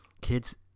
kids